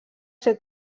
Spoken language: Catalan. ser